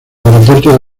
aeropuerto